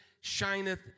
shineth